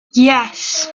yes